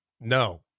No